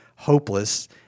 hopeless